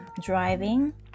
driving